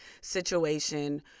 situation